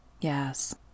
Yes